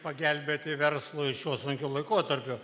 pagelbėti verslui šiuo sunkiu laikotarpiu